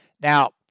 Now